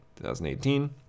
2018